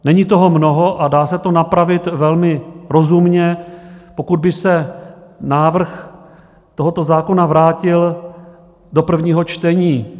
Není toho mnoho a dá se to napravit velmi rozumně, pokud by se návrh tohoto zákona vrátil do prvního čtení.